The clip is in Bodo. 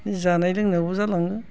जानाय लोंनायावबो जालाङो